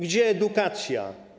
Gdzie edukacja?